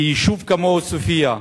כי יישוב כמו עוספיא,